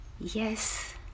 Yes